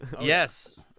Yes